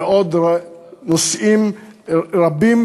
ועוד נושאים רבים